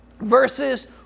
versus